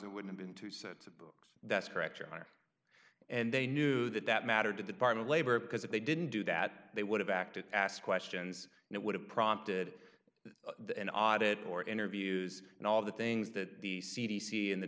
it would have been two sets of books that's correct your honor and they knew that that mattered to the department labor because if they didn't do that they would have acted ask questions and it would have prompted an audit or interviews and all of the things that the c d c and the